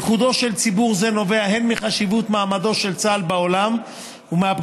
ייחודו של ציבור זה נובע הן מחשיבות מעמדו של צה"ל בעולם ומהפגיעה